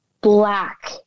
black